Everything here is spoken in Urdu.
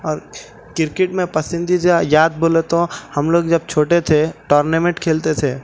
اور کرکٹ میں پسندیدہ یاد بولے تو ہم لوگ جب چھوٹے تھے ٹورنامنٹ کھیلتے تھے